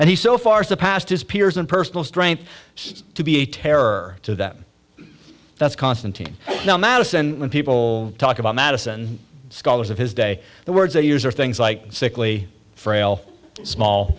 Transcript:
and he so far surpassed his peers and personal strength to be a terror to them that's constantine now madison when people talk about madison scholars of his day the words they use are things like sickly frail small